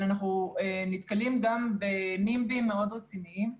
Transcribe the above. אבל אנחנו נתקלים גם בנמב"ים מאוד רציניים.